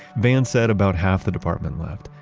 van said about half the department left.